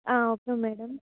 okay madam